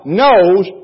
knows